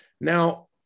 Now